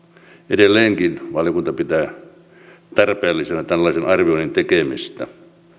edelleenkin valiokunta pitää tarpeellisena tällaisen arvioinnin tekemistä